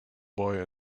boy